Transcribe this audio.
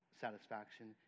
satisfaction